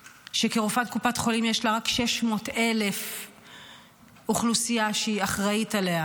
שכרופאת קופת חולים יש לה רק אוכלוסייה של 600,000 שהיא אחראית עליה.